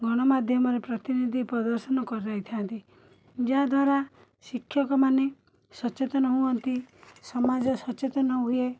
ଗଣମାଧ୍ୟମରେ ପ୍ରତିନିଧି ପ୍ରଦର୍ଶନ କରାଇଥାନ୍ତି ଯାହାଦ୍ୱାରା ଶିକ୍ଷକମାନେ ସଚେତନ ହୁଅନ୍ତି ସମାଜ ସଚେତନ ହୁଏ